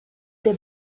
the